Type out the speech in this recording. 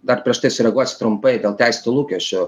dar prieš tai sureaguosiu trumpai dėl teisėtų lūkesčių